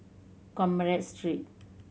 Commerce Street